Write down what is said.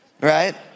right